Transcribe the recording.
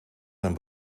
zijn